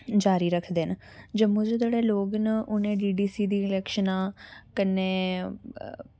जारी रक्खदे न जम्मू दे जेह्ड़े लोग न उनें डीडीसी दियां इलेक्शनां कन्नै